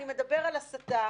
אני מדבר על הסתה,